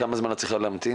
כמה זמן את צריכה להמתין?